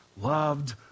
loved